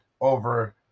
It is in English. over